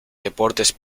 deportes